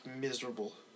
miserable